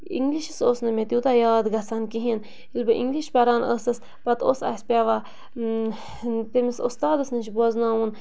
English اوس نہٕ مےٚ تیوٗتاہ یاد گَژھان کِہیٖنۍ ییٚلہِ بہٕ اِنٛگلِش پَران ٲسٕس پَتہٕ اوس اَسہِ پٮ۪وان تٔمِس اُستادَس نِش بوزناوُن